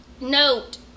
note